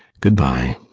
good-bye.